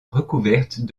recouvertes